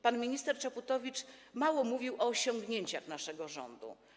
Pan minister Czaputowicz mało mówił o osiągnięciach naszego rządu.